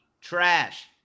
trash